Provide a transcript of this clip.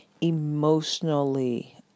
emotionally